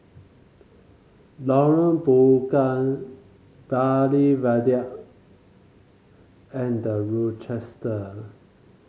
Lorong Bunga Bartley Viaduct and The Rochester